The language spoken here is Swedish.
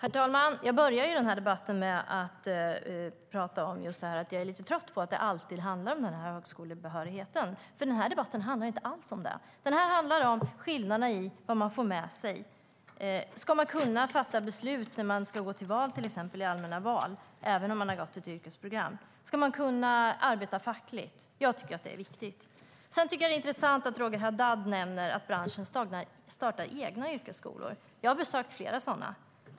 Herr talman! Jag började debatten med att säga att jag är lite trött på att det alltid handlar om högskolebehörigheten, för den här debatten handlar inte alls om det. Debatten handlar om skillnaden när det gäller vad man får med sig. Ska man kunna fatta beslut när man ska delta i allmänna val, till exempel, även om man har gått ett yrkesprogram? Ska man kunna arbeta fackligt? Jag tycker att det är viktigt. Det är intressant att Roger Haddad nämner att branschen startar egna yrkesskolor. Jag har besökt flera sådana.